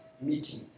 meeting